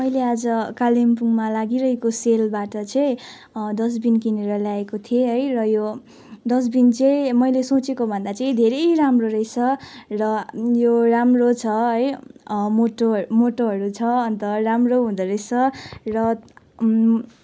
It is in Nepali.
मैले आज कालेबुङमा लागिरहेको सेलबाट चाहिँ डस्टबिन किनेर ल्याएको थिएँ है र यो डस्बिन चाहिँ मैले सोचेकोभन्दा चाहिँ धेरै राम्रो रहेछ र यो राम्रो छ है मोटो मोटोहरू छ अन्त राम्रो हुँदोरहेछ र